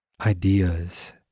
ideas